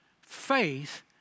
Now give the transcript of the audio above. faith